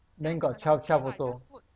then got twelve twelve also